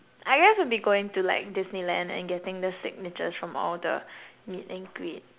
I guess would be going to like Disneyland and getting the signatures from all the meet and greet